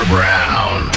Brown